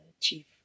chief